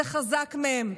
זה חזק מהם.